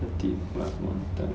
thirty baht one time